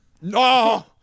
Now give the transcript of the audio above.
No